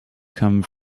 come